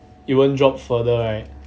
you won't drop further right